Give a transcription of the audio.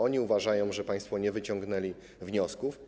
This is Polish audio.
Oni uważają, że państwo nie wyciągnęli wniosków.